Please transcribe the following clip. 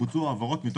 בוצעו העברות.